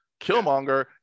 Killmonger